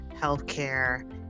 healthcare